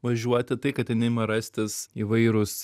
važiuoti tai kad ten ima rastis įvairūs